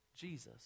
Jesus